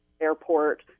airport